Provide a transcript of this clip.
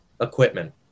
equipment